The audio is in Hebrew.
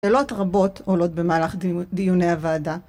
שאלות רבות עולות במהלך דיוני הוועדה.